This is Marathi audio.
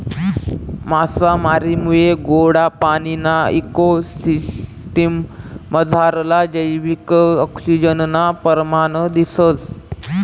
मासामारीमुये गोडा पाणीना इको सिसटिम मझारलं जैविक आक्सिजननं परमाण दिसंस